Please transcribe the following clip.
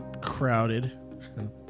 crowded